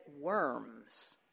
worms